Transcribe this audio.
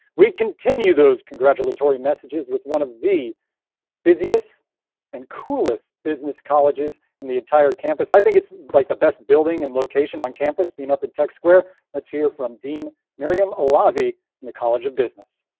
we continue those congratulatory messages with one of the busiest and coolest business colleges in the entire campus. i think it's like the best building and location on campus being up in tech square. let's hear from dean maryam alavi in the college of business.